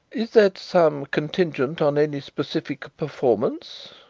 is that sum contingent on any specific performance?